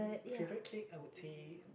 favourite cake I would say